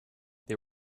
they